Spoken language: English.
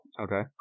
Okay